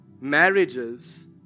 marriages